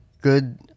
good